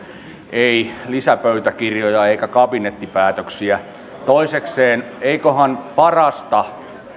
ei lisäpöytäkirjoja eikä kabinettipäätöksiä toisekseen eiköhän parasta